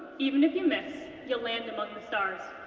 even if you miss, you'll land among the stars.